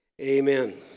Amen